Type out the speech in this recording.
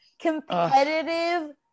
competitive